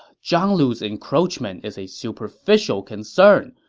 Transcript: zhang lu's encroachment is a superficial concern,